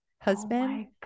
husband